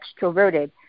extroverted